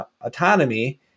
autonomy